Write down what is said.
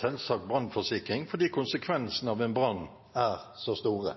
selvsagt brannforsikring fordi konsekvensene av en brann er så store.